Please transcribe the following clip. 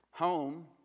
Home